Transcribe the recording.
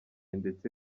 ndetse